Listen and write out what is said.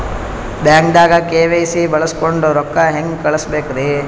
ಬ್ಯಾಂಕ್ದಾಗ ಕೆ.ವೈ.ಸಿ ಬಳಸ್ಕೊಂಡ್ ರೊಕ್ಕ ಹೆಂಗ್ ಕಳಸ್ ಬೇಕ್ರಿ?